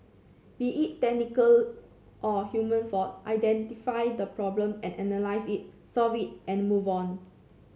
be it technical or human fault identify the problem and analyse it solve it and move on